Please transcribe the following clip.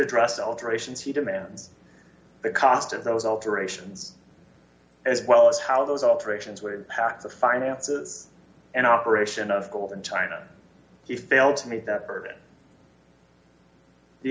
address alterations he demands the cost of those alterations as well as how those alterations would pack the finances and operation of gold in china he failed to meet that burden the